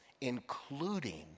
including